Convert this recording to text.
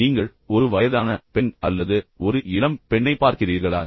நீங்கள் ஒரு வயதான பெண் அல்லது ஒரு இளம் பெண்ணை பார்க்கிறீர்களா